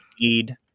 need